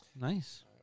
Nice